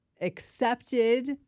accepted